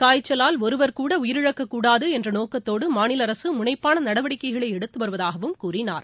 காய்ச்சவால் ஒருவர் கூட உயிரிழக்கக்கூடாது என்ற நோக்கத்தோடு மாநில அரசு முனைப்பான நடவடிக்கைகளை எடுத்து வருவதாகவும் கூறினார்